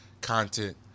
content